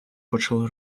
почали